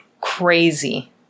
crazy